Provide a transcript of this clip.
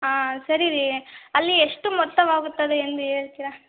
ಹಾಂ ಸರಿ ರೀ ಅಲ್ಲಿ ಎಷ್ಟು ಮೊತ್ತವಾಗುತ್ತದೆ ಎಂದು ಹೇಳ್ತಿರ